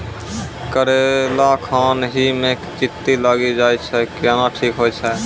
करेला खान ही मे चित्ती लागी जाए छै केहनो ठीक हो छ?